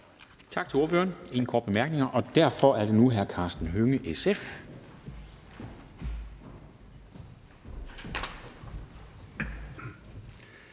Tak til ordføreren. Ingen korte bemærkninger, og derfor er det nu hr. Karsten Hønge, SF.